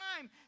time